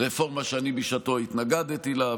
רפורמה שאני בשעתו התנגדתי לה,